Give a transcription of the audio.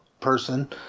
person